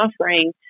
offering